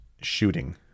shooting